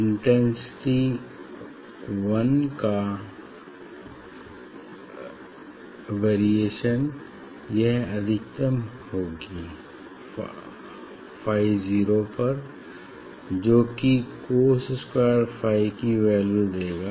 intensity I का variation यह अधिकतम होगी फाई जीरो पर जो कि cos स्क्वायर फाई की वैल्यू देगा